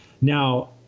Now